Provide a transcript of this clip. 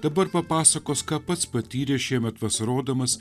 dabar papasakos ką pats patyrė šiemet vasarodamas